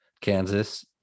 Kansas